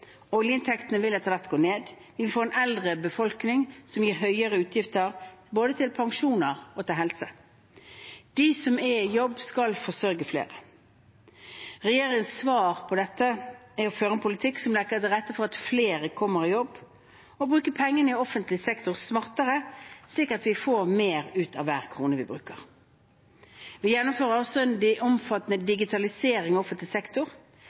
Oljeinntektene vil etter hvert gå ned, og vi får en eldre befolkning, noe som gir høyere utgifter til både pensjoner og helse. De som er i jobb, skal forsørge flere. Regjeringens svar på dette er å føre en politikk som legger til rette for at flere kommer i jobb, og å bruke pengene i offentlig sektor smartere, slik at vi får mer ut av hver krone vi bruker. Vi gjennomfører også en omfattende digitalisering av offentlig sektor.